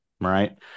right